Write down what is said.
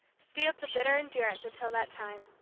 steeled to bitter endurance until that time.